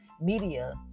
media